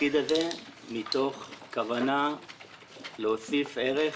לתפקיד הזה מתוך כוונה להוסיף ערך